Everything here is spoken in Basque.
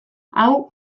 hau